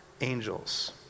angels